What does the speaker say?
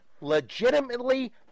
legitimately